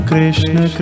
Krishna